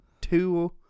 two